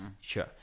Sure